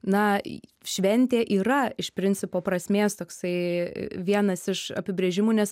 na šventė yra iš principo prasmės toksai vienas iš apibrėžimų nes